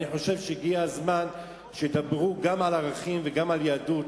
אני חושב שהגיע הזמן שידברו גם על ערכים וגם על יהדות,